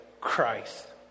Christ